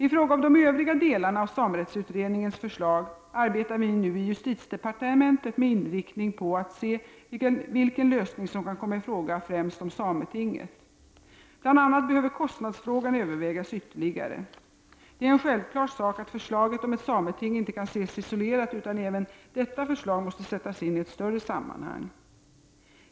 I fråga om de övriga delarna av samerättsutredningens förslag arbetar vi nu i justitiedepartementet med inriktning på att se vilken lösning som kan komma i fråga främst om sametinget. Bl.a. behöver kostnadsfrågan övervägas ytterligare. Det är en självklar sak att förslaget om ett sameting inte kan ses isolerat utan även detta förslag måste sättas in i ett större sammanhang.